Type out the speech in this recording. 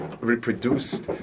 reproduced